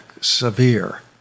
severe